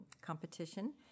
competition